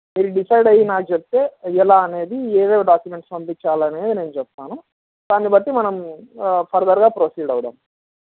మీరు డిసైడ్ అయి నాకు చెప్తే ఎలా అనేది ఏమేమి డాక్యుమెంట్స్ పంపించాలనేది నేను చెప్తాను దాన్ని బట్టి మనము ఫర్దర్గా ప్రొసీడ్ అవ్వదాం